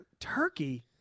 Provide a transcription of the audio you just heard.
turkey